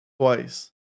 twice